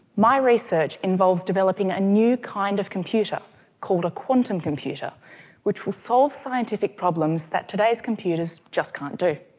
my research involves developing a new kind of computer called a quantum computer which will solve scientific problems that today's computers just can't do.